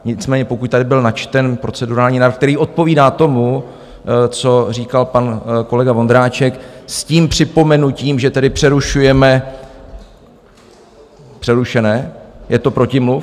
Nicméně pokud tady byl načten procedurální návrh, který odpovídá tomu, co říkal pan kolega Vondráček, s tím připomenutím, že tedy přerušujeme přerušené, je to protimluv?